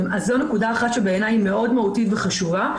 זאת נקודה אחת שבעיניי היא מאוד מהותית וחשובה,